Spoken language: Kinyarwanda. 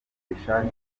bishaje